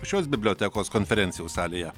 šios bibliotekos konferencijų salėje